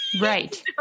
Right